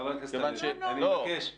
חבר הכנסת הלוי, אני מבקש.